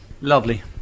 Lovely